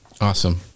Awesome